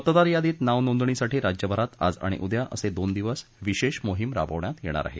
मतदार यादीत नाव नोंदणीसाठी राज्यभरात आज आणि उद्या असे दोन दिवस विशेष मोहीम राबवण्यात येणार आहे